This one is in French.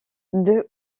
deux